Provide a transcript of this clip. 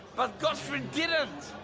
but gottfrid didn't!